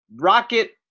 rocket